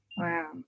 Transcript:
Wow